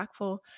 impactful